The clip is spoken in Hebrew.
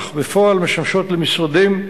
אך בפועל משמשות למשרדים,